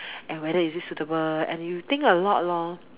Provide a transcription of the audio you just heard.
and whether is it suitable and you think a lot lor